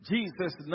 Jesus